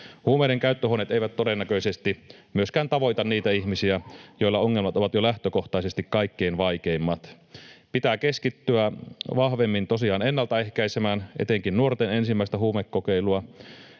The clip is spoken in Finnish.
Huumeiden käyttöhuoneet eivät todennäköisesti myöskään tavoita niitä ihmisiä, joilla ongelmat ovat jo lähtökohtaisesti kaikkein vaikeimmat. Pitää tosiaan keskittyä vahvemmin ennalta ehkäisemään etenkin nuorten ensimmäistä huumekokeilua.